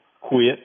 quit